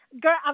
girl